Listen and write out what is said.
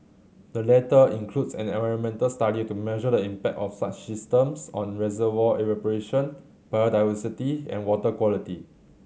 the latter includes an environmental study to measure the impact of such systems on reservoir evaporation biodiversity and water quality